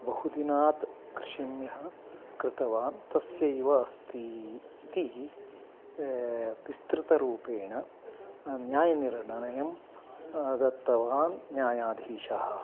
बहुदिनात् कृषिं यः कृतवान् तस्यैव अस्ति इति विस्तृतरूपेण न्यायनिर्णयं दत्तवान् न्यायाधीशः